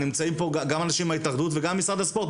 גם אנשים מההתאחדות וגם ממשרד הספורט,